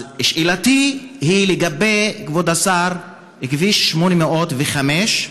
כבוד השר, שאלתי היא לגבי כביש 805,